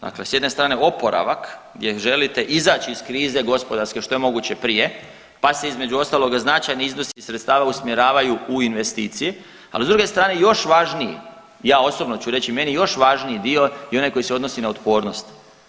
Dakle, s jedne strane oporavak gdje želite izaći iz krize gospodarske što je moguće prije pa se između ostaloga značajni iznosi sredstava usmjeravaju u investicije, ali s druge strane još važniji, ja osobno ću reći, meni još važniji dio je onaj koji se odnosi na otpornost.